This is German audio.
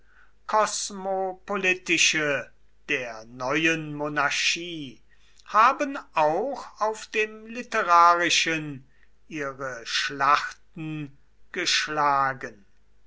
kosmopolitische der neuen monarchie haben auch auf dem literarischen ihre schlachten geschlagen